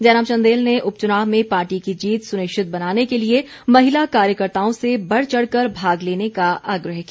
जैनब चंदेल ने उपचुनाव में पार्टी की जीत सुनिश्चित बनाने के लिए महिला कार्यकर्ताओं से बढ़ चढ़कर भाग लेने का आग्रह किया